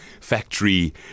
factory